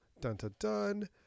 dun-dun-dun